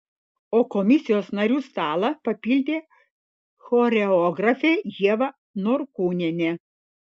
o komisijos narių stalą papildė choreografė ieva norkūnienė